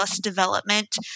development